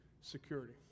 security